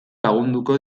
lagunduko